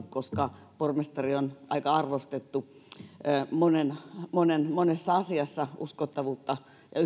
koska pormestari on aika arvostettu monessa asiassa uskottavuutta ja